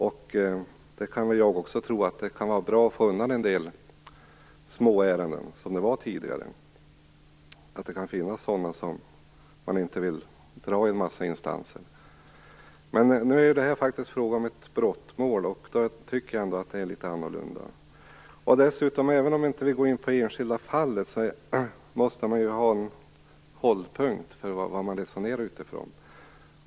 Också jag tror att det kan vara bra att få undan en del av de småärenden som tidigare fanns. Det kan säkert finnas ärenden som man inte vill föra vidare i en massa instanser. Men här är det faktiskt fråga om ett brottmål. Därför tycker jag att det är litet annorlunda. Även om man inte går in på det enskilda fallet måste det finnas en hållpunkt att resonera utifrån.